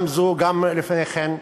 גם זו וגם לפני כן,